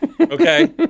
okay